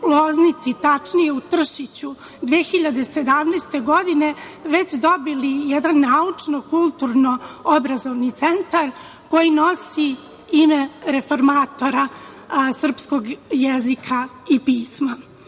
Loznici, tačnije u Tršiću 2017. godine već dobili jedan naučno-kulturno-obrazovni centar koji nosi ime reformatora srpskog jezika i pisma. Važno